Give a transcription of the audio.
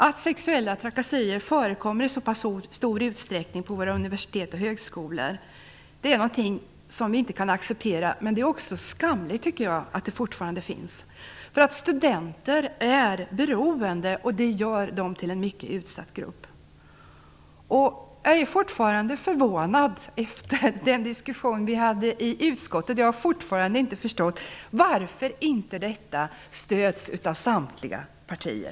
Att sexuella trakasserier förekommer i så pass stor utsträckning vid våra universitet och högskolor är någonting som vi inte kan acceptera. Men det är också skamligt att det fortfarande förekommer, tycker jag. Studenter är beroende, och det gör dem till en mycket utsatt grupp. Jag är fortfarande förvånad efter den diskussion som vi hade i utskottet. Jag har ännu inte förstått varför inte detta stöds av samtliga partier.